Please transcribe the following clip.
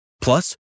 Plus